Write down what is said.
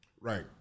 Right